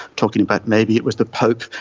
talking about maybe it was the pope,